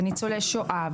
וניצולי שואה,